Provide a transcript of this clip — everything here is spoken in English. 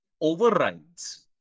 overrides